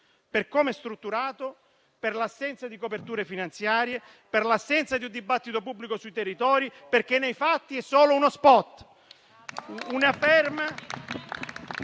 per come è strutturato, per l'assenza di coperture finanziarie e di un dibattito pubblico sui territori, perché nei fatti è solo uno *spot*